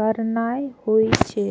करनाय होइ छै